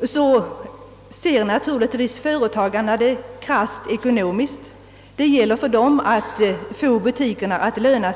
lägger företagarna krasst ekonomiska synpunkter på sitt val.